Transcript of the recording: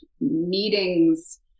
meetings